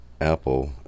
Apple